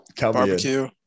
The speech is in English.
Barbecue